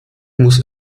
muss